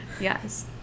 Yes